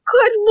Good